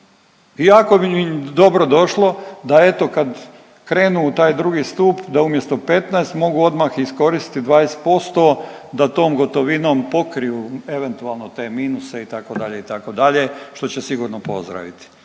jako bi im dobro došlo da eto kad krenu u taj drugi stup, da umjesto 15 mogu odmah iskoristi 20% da tom gotovinom pokriju eventualno te minuse itd. itd. što će sigurno pozdraviti.